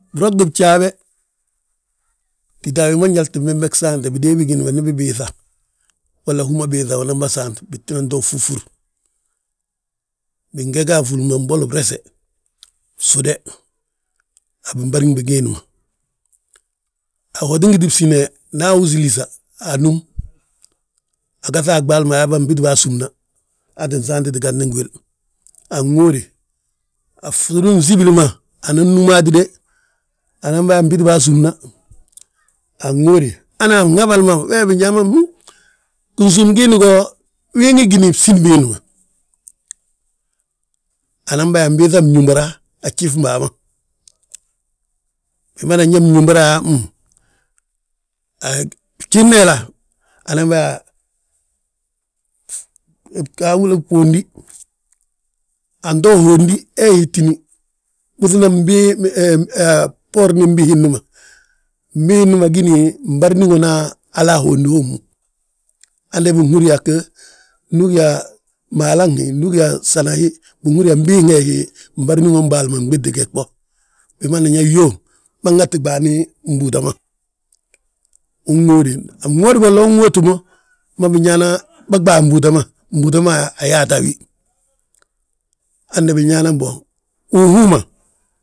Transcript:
Brogdi bjaa be, títa a gima nyaltin be, gsaante, bidée bigiindi ma ndi bibiiŧa, walla hú ma biiŧa unan bà saant. Bitina to fúfur, bingega a fúli ma mboli brese, fsude, a bibariŋ bigiindi ma; Ahotin giti bsín he nda swúsi lísa, anúm, a gaŧa a ɓaali ma ayaa bà mbit baa súmna, aa ttin saantiti ganti ngi wil. Anŋóode, a fsudi fnsibili ma, anan núm hatide, anan bà yaa mbiti baa súmna. Anŋóode, hana fnhabal ma we binyaa ma huŋ ginsúm giidi go win wi gini bsíni biindi ma. Anan bà yaa nbiiŧa mñumbara, a fjif baa ma, binaman yaa mñumbara anan yaa huŋ, a fjifna hila? Anan bà yaa bgaabilo bondi, anto hondi he hitini, buŧina a bboorna mbii hilli ma. Mbii hilli ma gíni mbarindiŋona hala ahondi hommu; Hande binhúri yaa go, ndu ugí yaa malan hi, ndu ugi yaa sana hi, binhúri yaa mbii hee hi mbarindiŋon ɓaali ma mbinti geg bo. Bimanan nyaa yó, bânŋati ɓaani mbúuta ma, unŋóode, anŋóodi bolla unŋóoti mo. Ma biyaana bâɓaa, mbúuta ma, mbúuta ma yaa ayaata a wi. Hande binyaana mboŋ, huuŋ huuŋ ma.